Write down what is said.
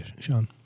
Sean